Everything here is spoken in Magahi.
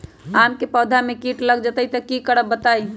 आम क पौधा म कीट लग जई त की करब बताई?